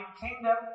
kingdom